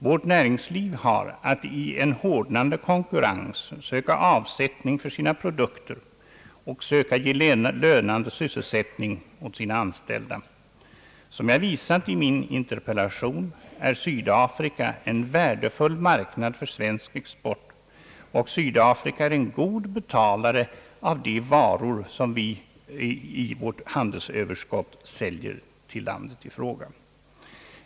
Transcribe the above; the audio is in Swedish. Vårt näringsliv har att i en hårdnande konkurrens söka avsättning för sina produkter och söka ge lönande sysselsättning åt sina anställda. Som jag visat i min interpellation är Sydafrika en värdefull marknad för svensk export, och Sydafrika är en god betalare av de varor som vi i vårt handelsöverskott säljer till landet i fråga.